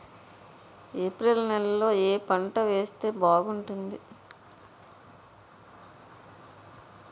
April నెలలో ఏ పంట వేస్తే బాగుంటుంది?